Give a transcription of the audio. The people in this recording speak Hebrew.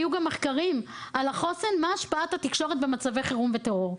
היו גם מחקרים על החוסן ומה השפעת התקשורת במצבי חירום וטרור.